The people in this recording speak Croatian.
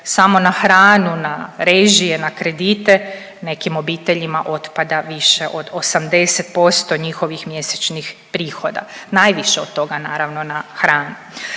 samo na hranu, na režije, na kredite nekim obiteljima otpada više od 80% njihovih mjesečnih prihoda, najviše od toga naravno na hranu.